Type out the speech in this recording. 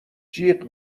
جیغ